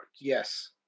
Yes